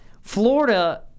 florida